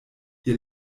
ihr